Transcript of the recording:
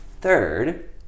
Third